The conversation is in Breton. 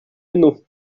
enno